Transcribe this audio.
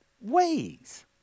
ways